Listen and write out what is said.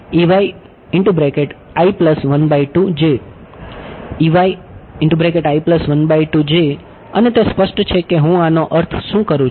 અને તે સ્પષ્ટ છે કે હું આનો અર્થ શું કરું છું